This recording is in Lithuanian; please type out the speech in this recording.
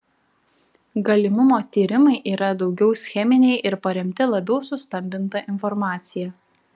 galimumo tyrimai yra daugiau scheminiai ir paremti labiau sustambinta informacija